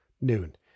noon